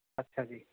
ਅੱਛਾ ਜੀ